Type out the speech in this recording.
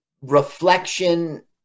reflection